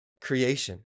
creation